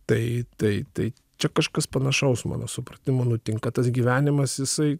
tai tai tai čia kažkas panašaus mano supratimu nutinka tas gyvenimas jisai